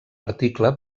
article